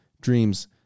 dreams